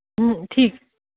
ਠੀਕ